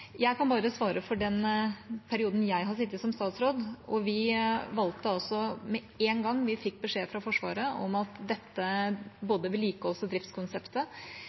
Jeg kan bare svare for den perioden jeg har sittet som statsråd. Vi valgte med en gang vi fikk beskjed fra Forsvaret om at dette, både vedlikeholds- og driftskonseptet,